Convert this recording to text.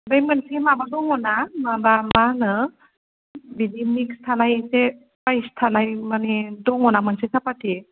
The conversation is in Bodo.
बे मोनसे माबा दङ ना दङ माबा मा होनो बिदि मिक्स थानाय एसे साइस थानाय मानि दङ ना मोनसे साफाथि